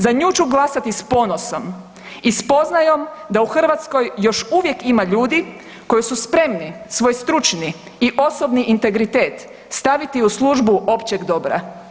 Za nju ću glasati sa ponosom i spoznajom da u Hrvatskoj još uvijek ima ljudi koji su spremni svoj stručni i osobni integritet staviti u službu općeg dobra.